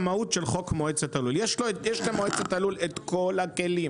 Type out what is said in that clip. יש למועצת הלול את כל הכלים,